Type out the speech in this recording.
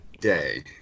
day